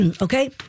Okay